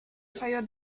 fire